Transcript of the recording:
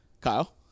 Kyle